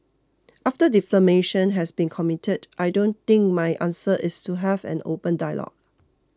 after defamation has been committed I don't think my answer is to have an open dialogue